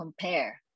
compare